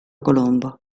colombo